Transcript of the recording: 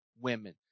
women